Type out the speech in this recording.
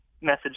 message